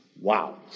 Wow